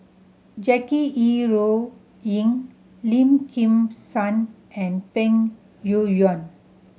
Jackie Yi Ru Ying Lim Kim San and Peng Yuyun